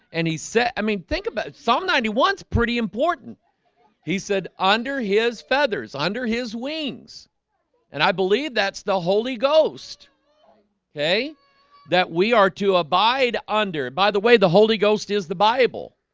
and he said i mean think about psalm ninety once pretty important he said under his feathers under his wings and i believe that's the holy ghost okay that we are to abide under by the way. the holy ghost is the bible.